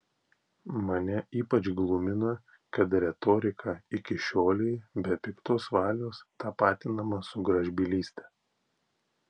mane ypač glumina kad retorika iki šiolei be piktos valios tapatinama su gražbylyste